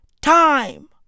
time